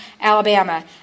Alabama